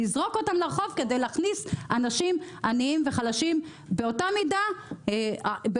נזרוק אותם לרחוב כדי להכניס אנשים עניים וחלשים באותה מידה במקומם.